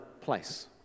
place